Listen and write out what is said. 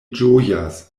ĝojas